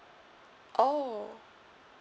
oh